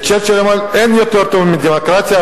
אין יותר טוב מדמוקרטיה,